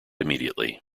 immediately